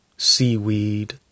seaweed